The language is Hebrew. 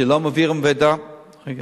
שלא מעבירים מידע, להתערב,